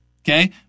Okay